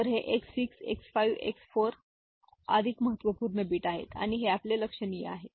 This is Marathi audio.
तर हे एक्स 6 एक्स 5 एक्स 4 अधिक महत्त्वपूर्ण बिट बिट आहेत आणि हे आपले लक्षणीय आहेत